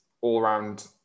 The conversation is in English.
all-round